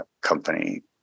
company